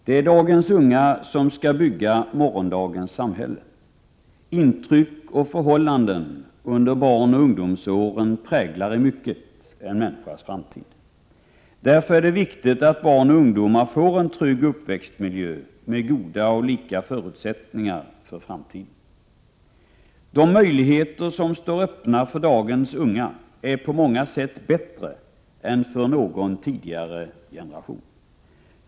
Herr talman! Det är dagens unga som skall bygga morgondagens samhälle. Intryck och förhållanden under barnaoch ungdomsåren präglar i mycket en människas framtid. Därför är det viktigt att barn och ungdomar får en trygg uppväxtmiljö med goda och lika förutsättningar för framtiden. De möjligheter som står öppna för dagens unga är på många sätt bättre än för någon tidigare generation.